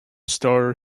star